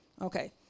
Okay